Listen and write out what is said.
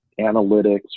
analytics